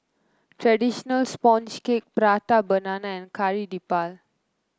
traditional sponge cake Prata Banana and Kari Debal